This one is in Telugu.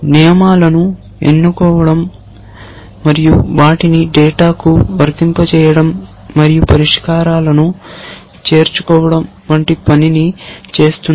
నియమాలను ఎంచుకోవడం మరియు వాటిని డేటాకు వర్తింపజేయడం మరియు పరిష్కారాలను చేరుకోవడం వంటి పనిని చేస్తుంది